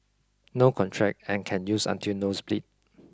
no contract and can use until nose bleed